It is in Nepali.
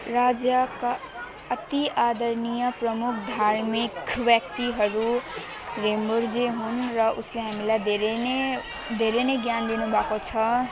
राज्यका अति आदरणीय प्रमुख धार्मिक व्यक्तिहरू हुन् र उसले हामीलाई धेरै नै धेरै नै ज्ञान दिनुभएको छ